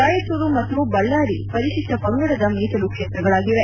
ರಾಯಚೂರು ಮತ್ತು ಬಳ್ಣಾರಿ ಪರಿಶಿಷ್ಟ ಪಂಗಡದ ಮೀಸಲು ಕ್ಷೇತ್ರಗಳಾಗಿವೆ